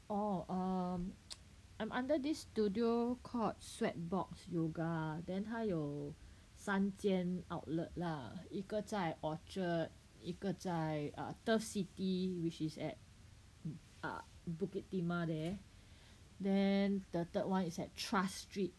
oh um I'm under this studio called Sweatbox yoga then 他有三间 outlet lah 一个在 at Orchard 一个在 err Turf City which is at err Bukit Timah there then the third one is at Tras street